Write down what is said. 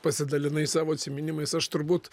pasidalinai savo atsiminimais aš turbūt